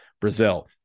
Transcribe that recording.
Brazil